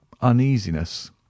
uneasiness